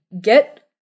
get